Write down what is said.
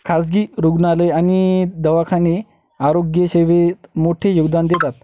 खाजगी रुग्णालय आणि दवाखाने आरोग्यसेवेत मोठे योगदान देतात